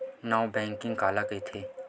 Non banking काला कइथे?